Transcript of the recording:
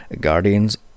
guardians